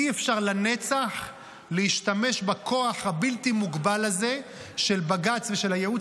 אי-אפשר לנצח להשתמש בכוח הבלתי-מוגבל הזה של בג"ץ ושל הייעוץ